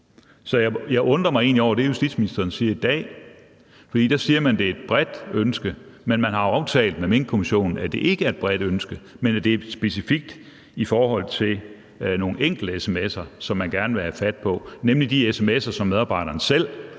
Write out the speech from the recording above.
Så jeg undrer mig egentlig over det, justitsministeren siger i dag, for der siger man, at det er et bredt ønske, men man har aftalt med Minkkommissionen, at det ikke er et bredt ønske, men at det er specifikt i forhold til nogle enkelte sms'er, som man gerne vil have fat på, nemlig de sms'er, som medarbejderne selv